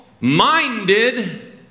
minded